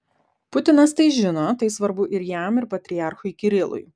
putinas tai žino tai svarbu ir jam ir patriarchui kirilui